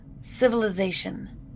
civilization